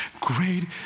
Great